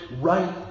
right